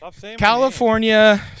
California